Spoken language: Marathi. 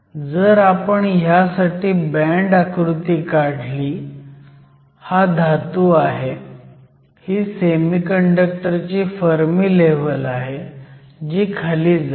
जर आपण ह्यासाठी बँड आकृती काढली हा धातू आहे ही सेमीकंडक्टर ची फर्मी लेव्हल आहे जी खाली जाईल